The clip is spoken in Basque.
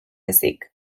ezik